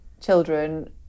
children